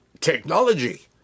technology